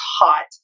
hot